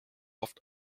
oft